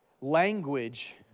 language